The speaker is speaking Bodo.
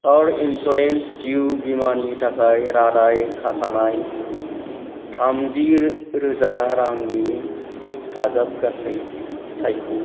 कार इन्सुरेन्स जिउ बीमानि थाखाय रादाय खाखानाय थामजि रोजा रांनि दाजाबगासै सायख'